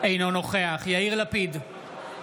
אינו נוכח יאיר לפיד,